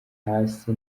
hasi